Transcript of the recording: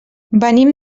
venim